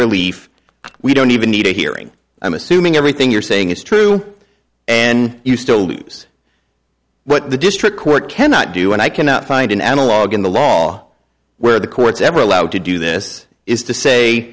relief we don't even need a hearing i'm assuming everything you're saying is true and you still lose what the district court cannot do and i cannot find an analogue in the law where the court's ever allowed to do this is to say